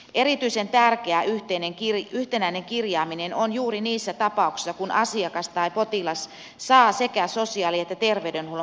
erityisen tärkeä yhtenäinen kirjaaminen on juuri niissä tapauksissa kun asiakas tai potilas saa sekä sosiaali että terveydenhuollon palveluja